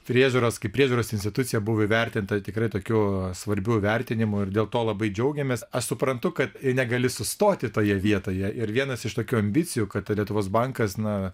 priežiūros kaip priežiūros institucija buvo įvertinta tikrai tokiu svarbiu vertinimu ir dėl to labai džiaugiamės aš suprantu kad negali sustoti toje vietoje ir vienas iš tokių ambicijų kad lietuvos bankas na